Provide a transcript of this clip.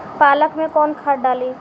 पालक में कौन खाद डाली?